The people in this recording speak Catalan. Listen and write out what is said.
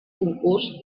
concurs